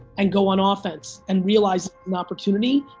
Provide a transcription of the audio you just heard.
and go on ah offense, and realize an opportunity,